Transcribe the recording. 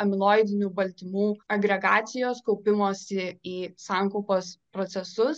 amiloidinių baltymų agregacijos kaupimosi į sankaupas procesus